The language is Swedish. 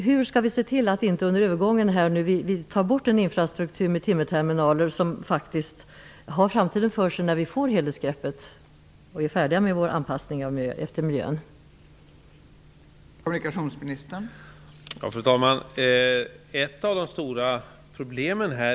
Hur kan vi se till att infrastruktur med timmerterminaler -- som faktiskt har framtiden för sig när vi får helhetsgreppet och är färdiga med vår anpassning till miljön -- under övergången inte tas bort?